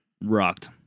Rocked